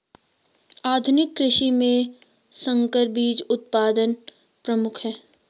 आधुनिक कृषि में संकर बीज उत्पादन प्रमुख है